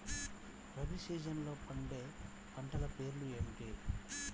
రబీ సీజన్లో పండే పంటల పేర్లు ఏమిటి?